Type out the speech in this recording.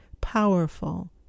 powerful